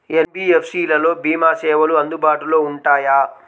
NBFC లలో భీమా సేవలు అందుబాటులో ఉంటాయా?